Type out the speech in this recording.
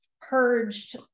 purged